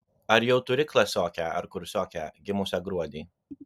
ar jau turi klasiokę ar kursiokę gimusią gruodį